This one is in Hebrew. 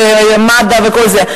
מד"א וכל זה?